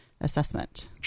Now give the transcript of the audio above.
assessment